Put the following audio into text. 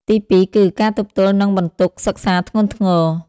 ទីពីរ គឺ ការទប់ទល់នឹងបន្ទុកសិក្សាធ្ងន់ធ្ងរ។